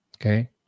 okay